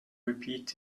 repeat